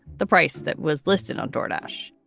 the price that was listed on jordache.